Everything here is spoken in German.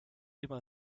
immer